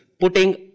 putting